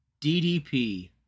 DDP